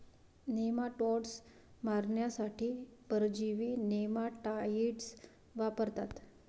nematodes मारण्यासाठी परजीवी नेमाटाइड्स वापरतात